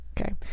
okay